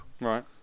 Right